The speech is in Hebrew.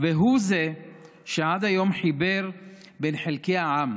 והוא שעד היום חיבר בין חלקי העם,